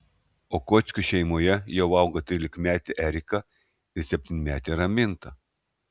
okockių šeimoje jau auga trylikametė erika ir septynmetė raminta